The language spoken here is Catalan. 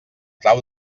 trau